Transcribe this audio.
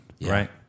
Right